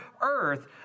earth